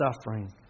suffering